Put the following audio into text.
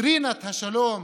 בדוקטרינת השלום